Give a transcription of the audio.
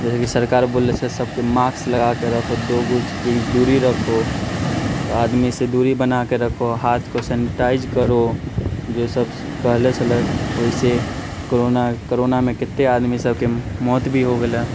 जैसे कि सरकार बोलले छै सबके माक्स लगाके रखो दो गज की दूरी रखो आदमी से दूरी बनाके रखो हाथ को सेनेटाइज करो जे सब कहले छलक ओहि से कोरोनाके कोरोनामे कते आदमी सबके मौत भी हो गेलै